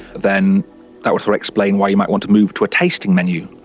then that would explain why you might want to move to a tasting menu,